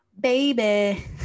baby